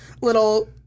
little